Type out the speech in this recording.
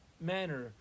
manner